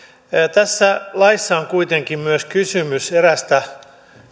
tässä laissa on kuitenkin myös kysymys eräästä